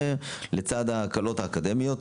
לצד ההקלות האקדמיות.